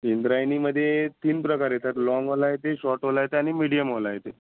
इंद्रायणीमध्ये तीन प्रकार येतात लाँगवाला येते शॉर्टवाला येते आणि मिडीयमवाला येते